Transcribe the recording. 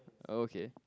okay